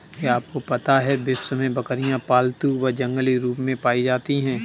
क्या आपको पता है विश्व में बकरियाँ पालतू व जंगली रूप में पाई जाती हैं?